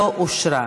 לא נתקבלה.